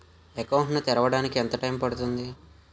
Account ను తెరవడానికి ఎంత టైమ్ పడుతుంది?